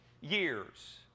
years